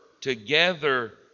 together